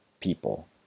people